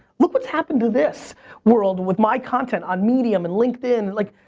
look what's happened to this world with my content on medium and linkedin, like,